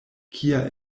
kia